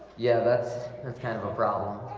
yeah, that's that's kind of a problem.